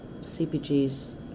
CPG's